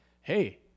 hey